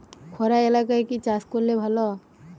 খরা এলাকায় কি চাষ করলে ভালো?